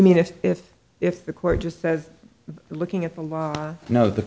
mean if if if the court just says looking at the law you know the